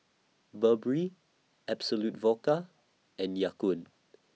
Burberry Absolut Vodka and Ya Kun